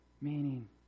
Meaning